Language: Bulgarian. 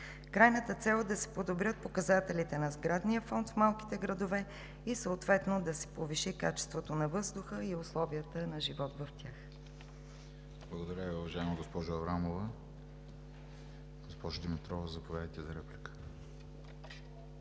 Крайната цел е да се подобрят показателите на сградния фонд в малките градове и съответно да се повиши качеството на въздуха и условията на живот в тях. ПРЕДСЕДАТЕЛ ВЕСЕЛИН МАРЕШКИ: Благодаря Ви, уважаема госпожо Аврамова. Госпожо Димитрова, заповядайте за реплика.